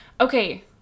Okay